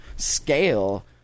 scale